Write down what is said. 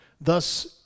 Thus